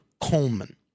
Coleman